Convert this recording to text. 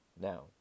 Now